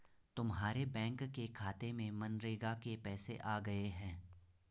तुम्हारे बैंक के खाते में मनरेगा के पैसे आ गए हैं